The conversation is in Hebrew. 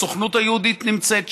הסוכנות היהודית נמצאת שם.